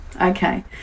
okay